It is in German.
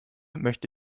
möchte